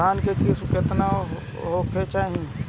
धान के किमत केतना होखे चाही?